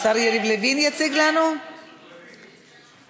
עברה בקריאה הראשונה ועוברת לוועדת הכלכלה להכנה לקריאה שנייה ושלישית.